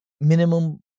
minimum